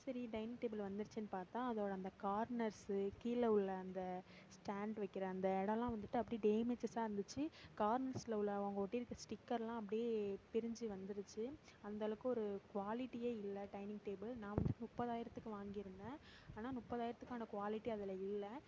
சரி dining table வந்திருச்சேன்னு பார்த்தா அதோட அந்த கார்னர்ஸ்ஸு கீழே உள்ள அந்த ஸ்டண்ட் வைக்கிற அந்த இடலாம் வந்துட்டு அப்படியே டேமேஜஸாக இருந்திச்சு கார்னர்ஸில் உள்ள அவங்க ஒட்டி இருக்கிற ஸ்டிக்கரெலாம் அப்படியே பிரிஞ்சு வந்திருச்சு அந்தளவுக்கு ஒரு குவாலிட்டியே இல்லை டைனிங் டேபிள் நான் வந்து முப்பதாயிரத்துக்கு வாங்கி இருந்தேன் ஆனால் முப்பதாயிரத்துக்கான குவாலிட்டி அதில் இல்லை